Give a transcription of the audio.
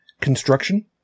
construction